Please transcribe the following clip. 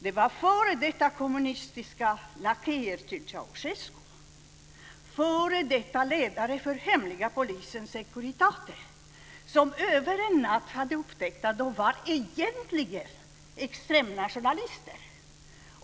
Det var f.d. kommunistiska lakejer till Ceausescu, f.d. ledare för hemliga polisen Securitate som över en natt upptäckte att de egentligen var extremnationalister.